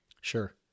sure